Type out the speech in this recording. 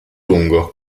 lungo